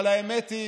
אבל האמת היא